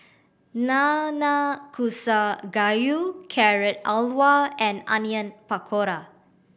Nanakusa Gayu Carrot Halwa and Onion Pakora